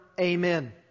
Amen